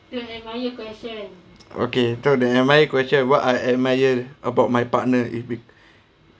okay so the admire question what I admire about my partner is be~